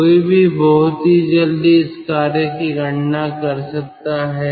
कोई भी बहुत ही जल्द इस कार्य की गणना कर सकता है